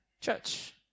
church